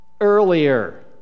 earlier